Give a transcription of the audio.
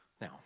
Now